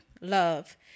Love